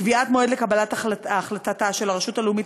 קביעת מועד לקבלת החלטתה של הרשות הלאומית